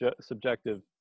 subjective